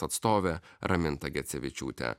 atstovė raminta gecevičiūtė